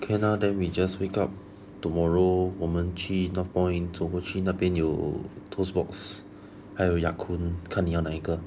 can ah then we just wake up tomorrow 我们去 north point 走过去那边有 toast box 还有 yakun 看你要哪一个